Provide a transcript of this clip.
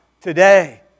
today